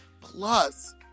plus